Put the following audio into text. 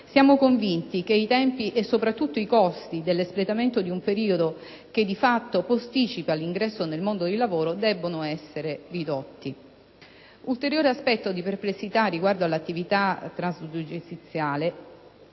Siamo convinti che i tempi e soprattutto i costi dell'espletamento di un periodo che di fatto posticipa l'ingresso nel mondo del lavoro debbano essere ridotti. Ulteriore aspetto di perplessità riguarda l'attività stragiudiziale.